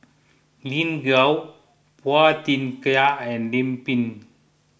Lin Gao Phua Thin Kiay and Lim Pin